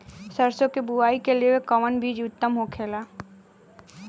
सरसो के बुआई के लिए कवन बिज उत्तम होखेला?